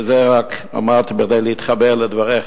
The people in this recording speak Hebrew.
וזה רק כדי להתחבר לדבריך,